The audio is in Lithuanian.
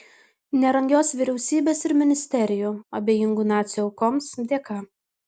nerangios vyriausybės ir ministerijų abejingų nacių aukoms dėka